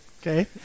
Okay